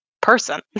person